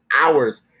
hours